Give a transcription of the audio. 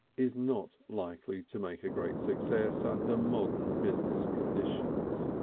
is not likely to make a great success under modern business conditions.